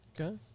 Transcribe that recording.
Okay